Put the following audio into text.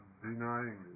denying